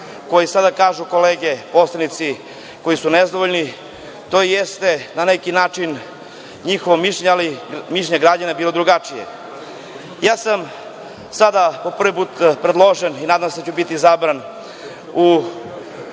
koji sada kažu kolege poslanici koji su nezadovoljni, to jeste na neki način njihovo mišljenje, ali mišljenje građana je bilo drugačije. Sada sam po prvi put predložen i nadam se da ću biti izabran u